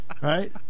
Right